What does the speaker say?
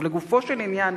לגופו של עניין,